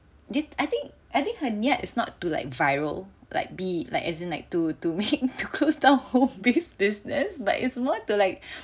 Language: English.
dia I think I think her niat is not to like viral like be like isn't like to to make to close down home based business but it's more to like